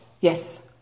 Yes